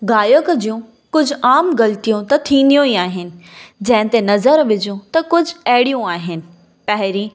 गायक जूं कुझु आमु गलतियूं त थींदियूं ई आहिनि जंहिंते नज़र विझूं त कुझु अहिड़ीयूं आहिनि पहिरीं